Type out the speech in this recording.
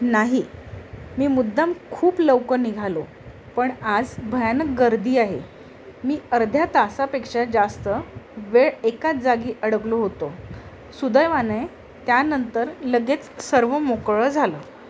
नाही मी मुद्दाम खूप लवकर निघालो पण आज भयानक गर्दी आहे मी अर्ध्या तासापेक्षा जास्त वेळ एकाच जागी अडकलो होतो सुदैवाने त्यानंतर लगेच सर्व मोकळं झालं